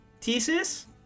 thesis